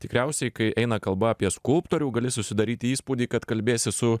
tikriausiai kai eina kalba apie skulptorių gali susidaryti įspūdį kad kalbiesi su